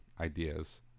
ideas